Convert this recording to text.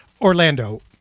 Orlando